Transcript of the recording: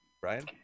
Brian